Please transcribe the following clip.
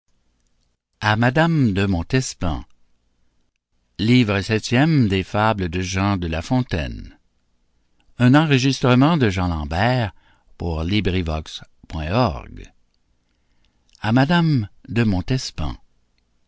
de la fontaine